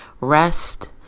rest